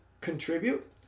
contribute